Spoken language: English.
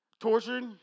tortured